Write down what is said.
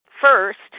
First